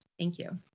thank you.